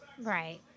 Right